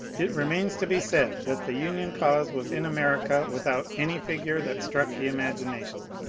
it remains to be said that the union cause was in america without any figure that struck the imagination.